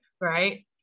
Right